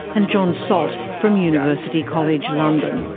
and john salt from university college london.